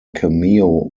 cameo